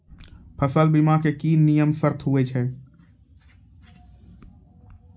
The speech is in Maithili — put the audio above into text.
फसल बीमा के की नियम सर्त होय छै?